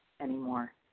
anymore